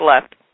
left